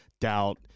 doubt